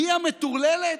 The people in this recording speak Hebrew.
היא המטורללת?